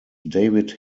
david